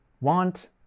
want